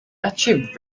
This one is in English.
achieved